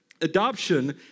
adoption